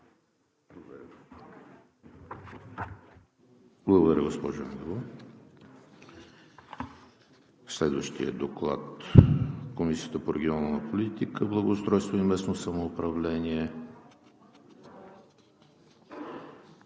Благодаря, госпожо Ангелова. Следващият доклад е на Комисията по регионална политика, благоустройство и местно самоуправление.